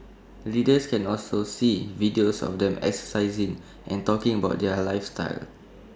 readers can also see videos of them exercising and talking about their lifestyle